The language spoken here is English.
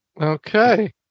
Okay